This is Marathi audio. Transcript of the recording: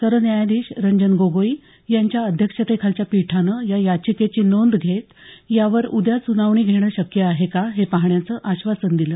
सरन्यायाधीश रंजन गोगोई यांच्या अध्यक्षतेखालच्या पीठानं या याचिकेची नोंद घेत यावर उद्या सुनावणी घेणं शक्य आहे का हे पाहण्याचं आश्वासन दिलं